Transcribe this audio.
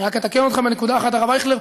אני רק אתקן אותך בנקודה אחת, הרב אייכלר.